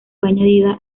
añadida